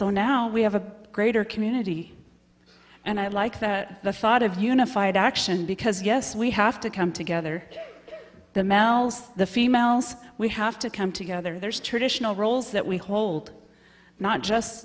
so now we have a greater community and i like that the thought of unified action because yes we have to come together the mouse the females we have to come together there's traditional roles that we hold not just